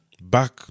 back